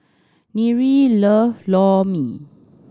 Nyree love Lor Mee